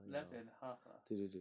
less than half ah